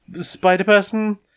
Spider-Person